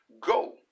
Go